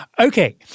Okay